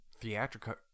theatrical